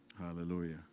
hallelujah